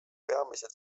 peamised